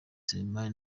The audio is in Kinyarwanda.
selemani